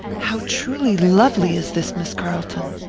how truly lovely is this miss carlton!